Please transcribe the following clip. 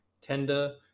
tender